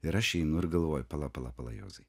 ir aš einu ir galvoju pala pala pala juozai